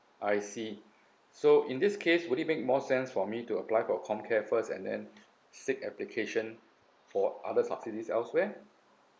I see so in this case would it make more sense for me to apply for comcare first and then seek application for other subsidies elsewhere